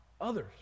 others